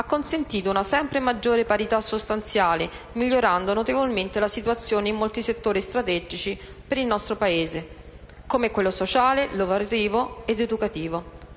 ha consentito una sempre maggiore parità sostanziale, migliorando notevolmente la situazione in molti settori strategici per il nostro Paese, come quelli sociale, lavorativo ed educativo.